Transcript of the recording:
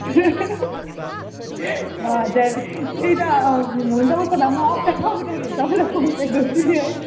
हजुर त्यही त हुन्छ उसो भए म आउँदा तपाईँलाई कन्ट्याक्ट गर्छु नि है